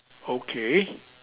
okay